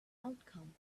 outcome